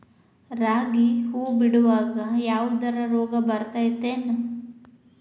ರಾಗಿ ಹೂವು ಬಿಡುವಾಗ ಯಾವದರ ರೋಗ ಬರತೇತಿ ಏನ್?